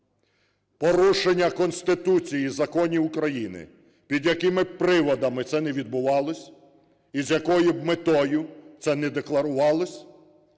Порушення Конституції і законів України, під якими б приводами це не відбувалося і з якою б метою це не декларувалося,